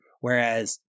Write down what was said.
whereas